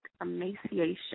emaciation